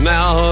Now